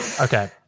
okay